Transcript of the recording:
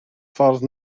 ffordd